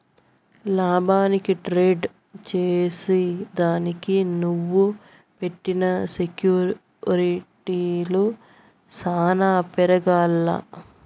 లాభానికి ట్రేడ్ చేసిదానికి నువ్వు పెట్టిన సెక్యూర్టీలు సాన పెరగాల్ల